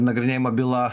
nagrinėjama byla